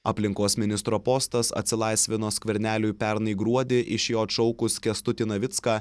aplinkos ministro postas atsilaisvino skverneliui pernai gruodį iš jo atšaukus kęstutį navicką